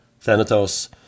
Thanatos